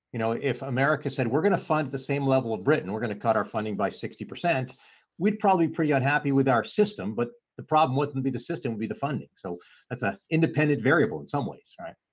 you know, if america said we're gonna fund the same level of britain we're gonna cut our funding by sixty percent we'd probably pretty unhappy with our system. but the problem wouldn't be the system would be the funding so that's an independent variable in some ways right?